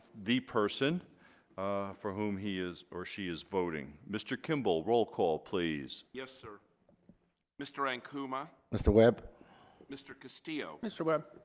the person for whom he is or she is voting mr. kimball roll call please yes sir mr. ankuma mr. webb mr. castillo. mr. webb.